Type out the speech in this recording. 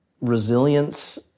resilience